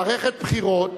מערכת בחירות